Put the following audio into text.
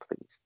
please